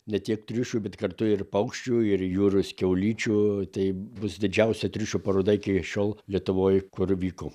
ne tiek triušių bet kartu ir paukščių ir jūros kiaulyčių tai bus didžiausia triušių paroda iki šiol lietuvoje kur vyko